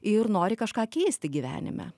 ir nori kažką keisti gyvenime